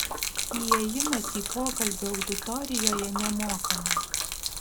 įėjimas į pokalbį auditorijoje nemokamas